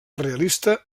realista